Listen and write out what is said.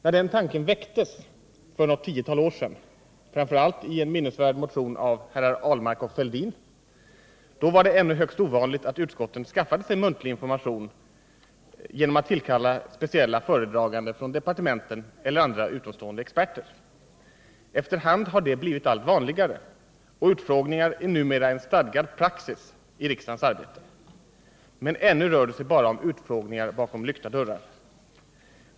När den tanken väcktes för något tiotal år sedan — framför allt i en minnesvärd motion av herrar Ahlmark och Fälldin — var det ännu högst ovanligt att utskotten skaffade sig muntlig information genom att tillkalla speciella föredragande från departementen eller andra utomstående experter. Efter hand har det blivit allt vanligare, och utfrågningar är numera en stadgad praxis i riksdagens arbete. Men ännu rör det sig bara om utfrågningar bakom lyckta dörrar.